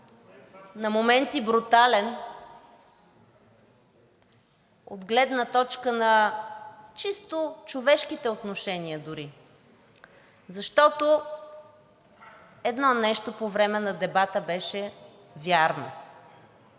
на моменти брутален, от гледна точка на чисто човешките отношения дори, защото едно нещо по време на дебата беше вярно